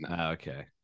okay